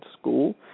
School